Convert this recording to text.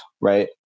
right